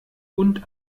und